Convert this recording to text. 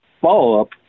follow-up